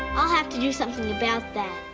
i'll have to do something about that,